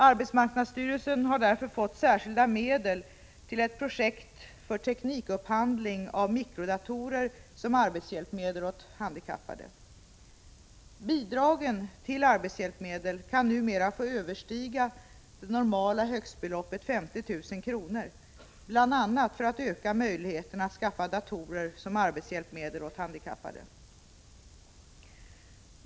Arbetsmarknadsstyrelsen har därför fått särskilda medel till ett projekt för teknikupphandling av mikrodatorer som arbetshjälpmedel åt handikappade. Bidragen till arbetshjälpmedel kan numera få överstiga det normala högstbeloppet 50 000 kr., bl.a. för att öka möjligheterna att skaffa datorer som arbetshjälpmedel åt handikappade.